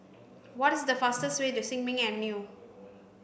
what is the fastest way to Sin Ming Avenue